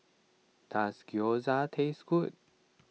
does Gyoza taste good